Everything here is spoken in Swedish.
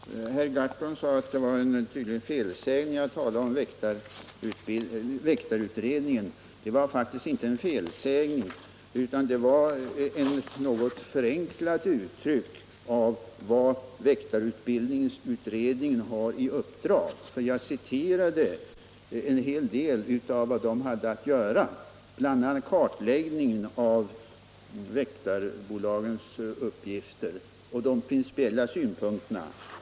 Herr taälman! Herr Gahrton sade att det var en tydlig felsägning när jag talade om väktarutredningen. Det var faktiskt inte en felsägning utan ett något förenklat uttryck för vad väktarutbildningsutredningen har i uppdrag att göra. Jag citerade en hel del av vad den har att arbeta med, bl.a. kartläggning av väktarbolagens uppgifter och de principiella synpunkterna.